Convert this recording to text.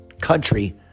country